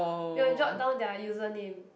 we will jot down their username